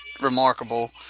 remarkable